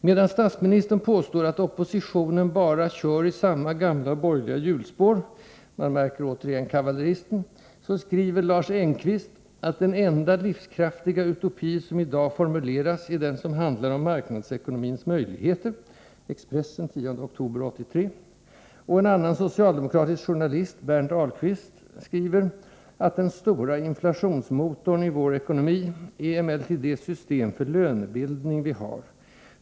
Medan statsministern påstår att oppositionen bara kör i samma gamla borgerliga hjulspår — man märker återigen kavalleristen — så skriver Lars Engqvist att ”den enda livskraftiga utopi som i dag formulerats är den som handlar om marknadsekonomins möjligheter” . Och en annan socialdemokratisk journalist, Berndt Ahlqvist, skriver att ”den stora inflationsmotorn i vår ekonomi är emellertid det system för lönebildning vi har.